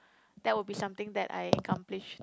that would be something that I accomplish